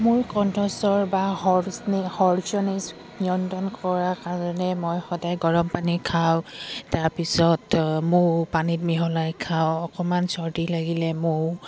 মোৰ কণ্ঠস্বৰৰ বা হ'ৰ্চনেছ নিয়ন্ত্ৰণ কৰাৰ কাৰণে মই সদায় গৰম পানী খাওঁ তাৰপিছত মৌ পানীত মিহলাই খাওঁ অকমান চৰ্দি লাগিলে মৌ